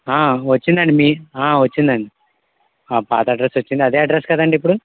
వచ్చిందండి మీ ఆ పాత అడ్రస్ వచ్చింది అదే అడ్రస్ కదండీ ఇప్పుడు